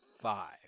Five